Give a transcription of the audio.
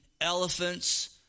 elephants